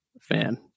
fan